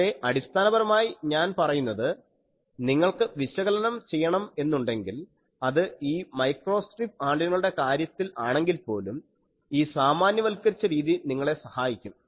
പക്ഷേ അടിസ്ഥാനപരമായി ഞാൻ പറയുന്നത് നിങ്ങൾക്ക് വിശകലനം ചെയ്യണം എന്നുണ്ടെങ്കിൽ അത് അത് ഈ മൈക്രോസ്ട്രിപ്പ് ആൻറിനകളുടെ കാര്യത്തിൽ ആണെങ്കിൽ പോലും ഈ സാമാന്യവൽക്കരിച്ച രീതി നിങ്ങളെ സഹായിക്കും